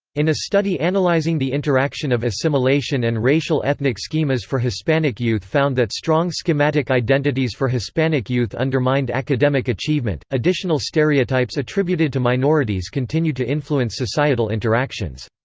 in a study analyzing the interaction of assimilation and racial-ethnic schemas for hispanic youth found that strong schematic identities for hispanic youth undermined academic achievement additional stereotypes attributed to minorities continue to influence societal interactions.